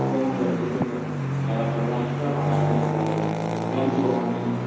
କମ୍ ହେଇଯାଉଛି ତୁମେ ତ ଏଗାରଟା ବେଲେ ଆସୁଛ ପାଞ୍ଚଟାବେଲେ ପଳାଇ ଯାଉଛ କେମତି କମ୍ ହେଉଛି